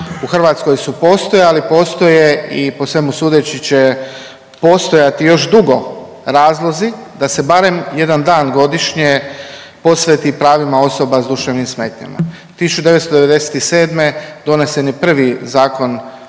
u Hrvatskoj su postojali i postoje i po svemu sudeći će postojati još dugo razlozi da se barem jedan dan godišnje posveti pravima osoba s duševnim smetnjama. 1997. donesen je prvi Zakon